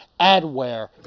adware